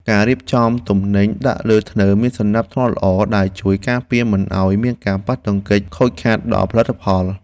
ការរៀបចំទំនិញដាក់លើធ្នើរមានសណ្តាប់ធ្នាប់ល្អដែលជួយការពារមិនឱ្យមានការប៉ះទង្គិចខូចខាតដល់ផលិតផល។